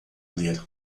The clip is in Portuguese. ler